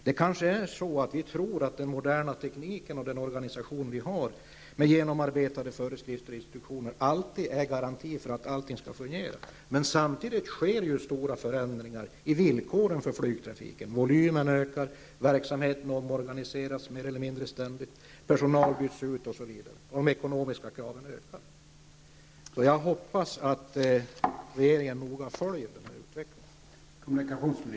Det kanske är så att vi tror att den moderna tekniken och den organisation vi har med genomarbetade föreskrifter och instruktioner alltid är en garanti för att allting skall fungera. Men samtidigt sker stora förändringar i villkoren för flygtrafiken. Volymen ökar, verksamheten omorganiseras mer eller mindre ständigt, personal byts ut, de ekonomiska kraven ökar, osv. Jag hoppas att regeringen noga följer denna utveckling.